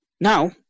Now